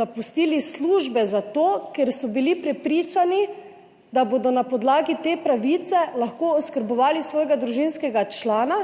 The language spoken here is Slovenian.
zapustili službe zato, ker so bili prepričani, da bodo na podlagi te pravice lahko oskrbovali svojega družinskega člana